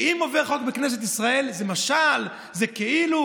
שאם עובר חוק בכנסת ישראל זה משל, זה כאילו?